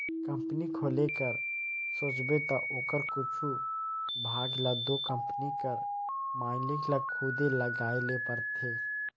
company खोले कर सोचबे ता ओकर कुछु भाग ल दो कंपनी कर मालिक ल खुदे लगाए ले परथे